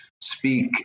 speak